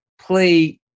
play